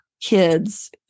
kids